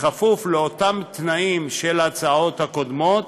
כפוף לאותם תנאים של ההצעות הקודמות: